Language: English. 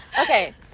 Okay